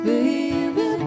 Baby